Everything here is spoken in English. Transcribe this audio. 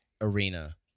arena